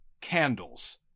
candles